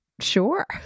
sure